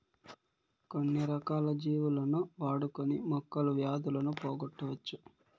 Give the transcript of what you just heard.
కొన్ని రకాల జీవులను వాడుకొని మొక్కలు వ్యాధులను పోగొట్టవచ్చు